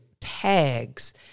tags